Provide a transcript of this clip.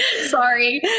Sorry